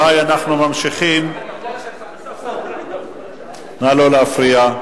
נא לא להפריע.